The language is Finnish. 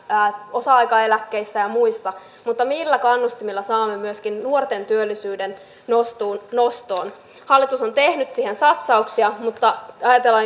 osa aikaeläkkeissä ja muissa mutta millä kannustimilla saamme myöskin nuorten työllisyyden nostoon nostoon hallitus on tehnyt siihen satsauksia mutta